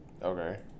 okay